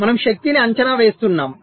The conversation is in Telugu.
మనము శక్తిని అంచనా వేస్తున్నాము